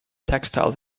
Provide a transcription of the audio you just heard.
textiles